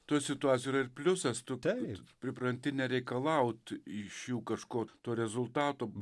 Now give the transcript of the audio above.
toj situacijoj yra ir pliusas tu pripranti nereikalaut iš jų kažko to rezultato